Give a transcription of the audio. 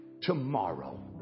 tomorrow